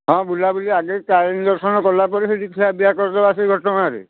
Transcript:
ହଁ ବୁଲାବୁଲି ଆଗେ ତାରିଣୀ ଦର୍ଶନ କଲାପରେ ସେଇଠି ଖିଆପିଆ କରିଦେବା ସେଇ ଘଟଗାଁରେ